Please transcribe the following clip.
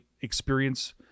experience